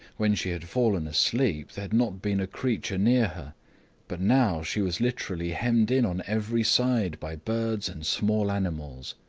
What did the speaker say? when she had fallen asleep there had not been a creature near her but now she was literally hemmed in on every side by birds and small animals.